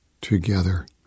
together